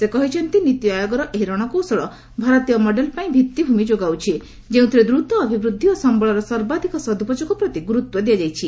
ସେ କହିଛନ୍ତି ନୀତି ଆୟୋଗର ଏହି ରଣକୌଶଳ ଭାରତୀୟ ମଡେଲ ପାଇଁ ଭିଭିଭିମି ଯୋଗାଉଛି ଯେଉଁଥିରେ ଦୂତ ଅଭିବୃଦ୍ଧି ଓ ସମ୍ଭଳର ସର୍ବାଧିକ ସଦୁପଯୋଗ ପ୍ରତି ଗୁରୁତ୍ୱ ଦିଆଯାଇଛି